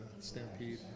Stampede